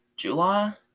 July